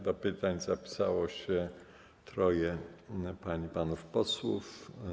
Do pytań zapisało się troje pań i panów posłów.